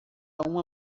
uma